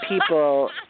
people